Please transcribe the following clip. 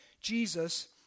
Jesus